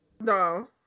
No